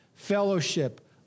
fellowship